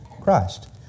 Christ